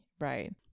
right